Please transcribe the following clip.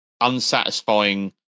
unsatisfying